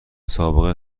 سابقه